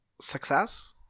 success